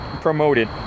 promoted